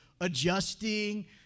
adjusting